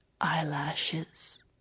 Eyelashes